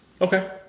Okay